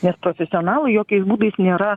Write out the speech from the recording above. nes profesionalai jokiais būdais nėra